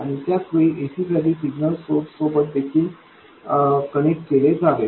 आणि त्याच वेळी ac साठी सिग्नल सोर्स सोबत देखील कनेक्ट केले जावे